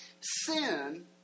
Sin